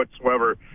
whatsoever